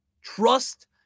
Trust